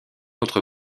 autre